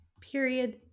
period